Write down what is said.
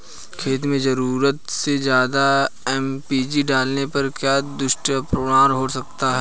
खेत में ज़रूरत से ज्यादा एन.पी.के डालने का क्या दुष्परिणाम हो सकता है?